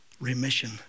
remission